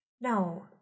No